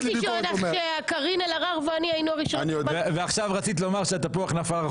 אומרת שקארין אלהרר ואני היינו בין הראשונות שבאנו לנחם אותך.